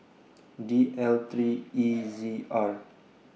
D L three E Z R